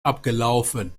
abgelaufen